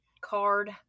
card